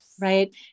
right